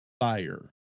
Fire